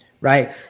Right